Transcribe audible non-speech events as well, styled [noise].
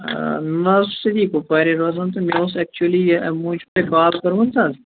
مےٚ حظ [unintelligible] کپوارِی روزان تہِ مےٚ ٲسۍ ایٚکچوٕلی یہِ أمۍ موجوٗب کال کٔرٕمٕژ حظ